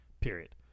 period